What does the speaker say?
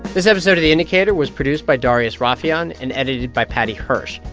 this episode of the indicator was produced by darius rafieyan and edited by paddy hirsch.